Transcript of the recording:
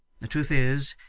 the truth is,